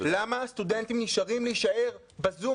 למה הסטודנטים נדרשים להישאר בזום,